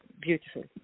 Beautiful